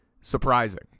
surprising